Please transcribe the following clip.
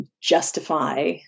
justify